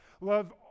Love